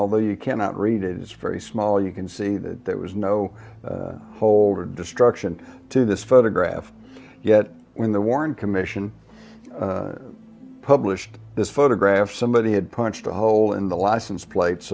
although you cannot read it it's very small you can see that there was no hold or destruction to this photograph yet when the warren commission published this photograph somebody had punched a hole in the license plate